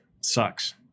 sucks